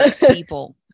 people